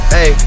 Hey